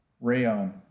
Rayon